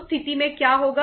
उस स्थिति में क्या होगा